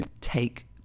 take